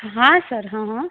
હા સર હ હ